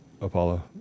Apollo